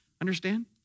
Understand